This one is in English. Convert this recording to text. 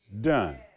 done